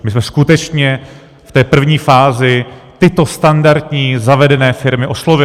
My jsme skutečně v té první fázi tyto standardní, zavedené firmy oslovili.